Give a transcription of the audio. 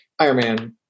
Ironman